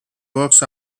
works